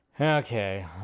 Okay